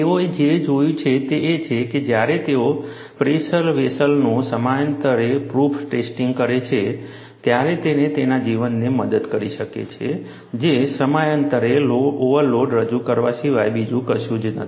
તેઓએ જે જોયું છે તે એ છે કે જ્યારે તેઓ પ્રેશર વેસલનું સમયાંતરે પ્રૂફ ટેસ્ટિંગ કરે છે ત્યારે તેણે તેના જીવનને મદદ કરી છે જે સમયાંતરે ઓવરલોડ રજૂ કરવા સિવાય બીજું કશું જ નથી